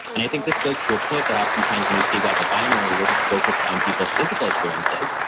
and i think this goes to your point that oftentimes when you speak about the binary, we're just focused on people's physical appearances.